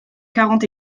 quarante